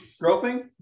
groping